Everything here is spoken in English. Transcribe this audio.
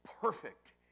perfect